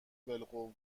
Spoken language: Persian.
بالقوه